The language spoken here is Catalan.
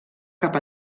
cap